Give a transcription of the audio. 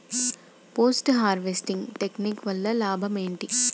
Post harvesting technique వల్ల లాభం ఏంటి?